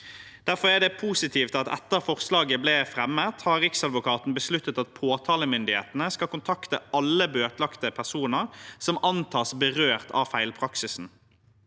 Derfor er det positivt at Riksadvokaten etter at forslaget ble fremmet, har besluttet at påtalemyndighetene skal kontakte alle bøtelagte personer som antas berørt av feilpraksisen.